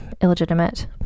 illegitimate